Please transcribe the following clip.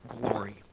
glory